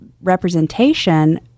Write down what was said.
representation